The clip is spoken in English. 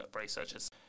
researchers